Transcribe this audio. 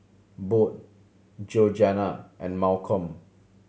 Bode Georgiana and Malcom